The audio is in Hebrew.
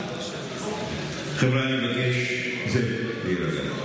חבר'ה, אני מבקש, זהו, להירגע.